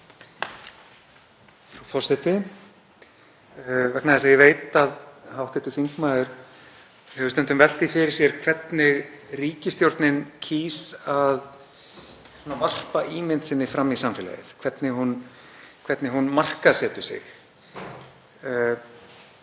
Forseti. Vegna þess að ég veit að hv. þingmaður hefur stundum velt því fyrir sér hvernig ríkisstjórnin kýs að varpa ímynd sinni fram í samfélagið, hvernig hún markaðssetur sig,